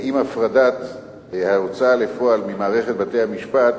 עם הפרדת ההוצאה לפועל ממערכת בתי-המשפט,